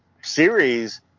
series